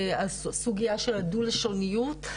הסוגייה של הדו-לשוניות,